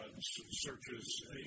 searches